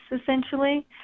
essentially